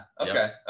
Okay